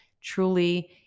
Truly